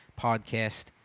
podcast